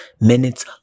minutes